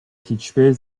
hiçbir